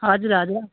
हजुर हजुर